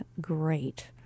great